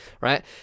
Right